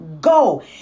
go